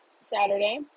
Saturday